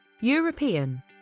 European